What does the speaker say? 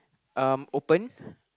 um open